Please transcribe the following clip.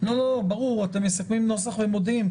אתם מסכמים נוסח ומודיעים,